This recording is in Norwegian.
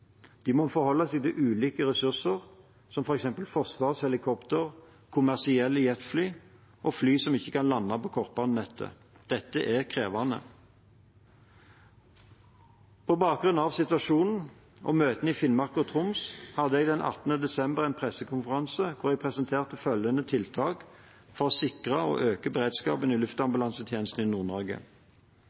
De må forholde seg til ulike ressurser, som f.eks. Forsvarets helikopter, kommersielle jetfly og fly som ikke kan lande på kortbanenettet. Dette er krevende. På bakgrunn av situasjonen, og møtene i Finnmark og Troms, hadde jeg den 18. desember en pressekonferanse hvor jeg presenterte følgende tiltak for å sikre og øke beredskapen i luftambulansetjenesten i